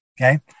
Okay